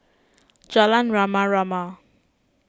Jalan Rama Rama